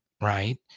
right